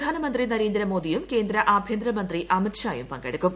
പ്രധാനമന്ത്രി നരേന്ദ്രമോദിയും കേന്ദ്ര ആഭ്യന്തരമന്ത്രി അമിത്ഷായും പങ്കെടുക്കും